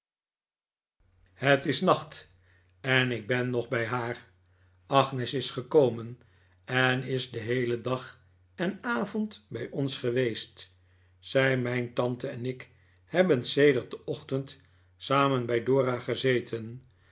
het is nacht en ik ben nog bij haar agnes is gekomen en is den heelen dag en avond bij ons geweest zij mijn tante en ik hebben sedert den ochtend samen bij dora gezeten